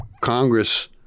Congress